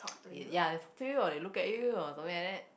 they ya field while they look at you or something like that